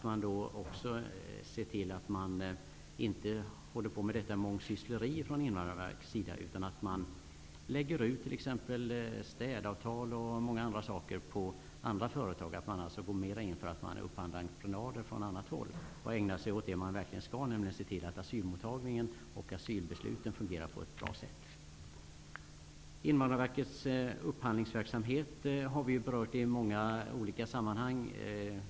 Man bör också se till att man inte håller på med detta mångsyssleri, utan man bör lägga ut städavtal och mycket annat på andra företag, dvs. gå mer in för att upphandla entreprenader från andra håll och ägna sig åt det som man verkligen skall göra, nämligen se till att asylmottagningen fungerar och att asylbesluten fattas på ett bra sätt. Invandrarverkets upphandlingsverksamhet har vi berört i många olika sammanhang.